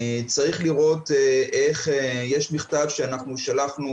יש מכתב ששלחנו